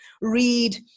read